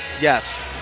Yes